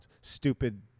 stupid